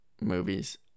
movies